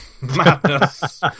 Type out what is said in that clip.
madness